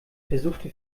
versuchte